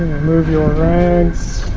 remove your rags